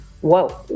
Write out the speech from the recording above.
whoa